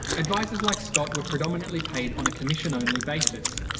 advisers like scott were predominantly paid on a commission-only basis.